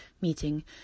meeting